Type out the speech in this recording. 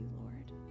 Lord